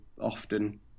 often